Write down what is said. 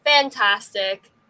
fantastic